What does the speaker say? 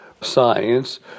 science